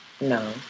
No